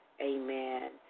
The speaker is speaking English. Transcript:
Amen